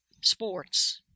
sports